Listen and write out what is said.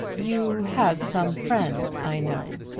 you have some friend, i know,